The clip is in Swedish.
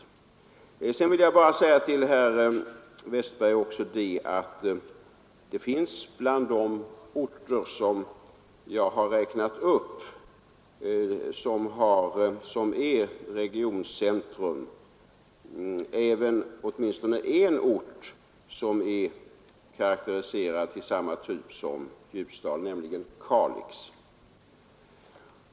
Vidare vill jag säga till herr Westberg att det finns bland de orter jag här angivit som regioncentra åtminstone en ort som hänförts till samma kategori som Ljusdal, nämligen Kalix.